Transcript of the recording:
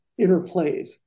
interplays